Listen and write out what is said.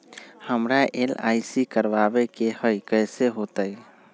हमरा एल.आई.सी करवावे के हई कैसे होतई?